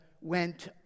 went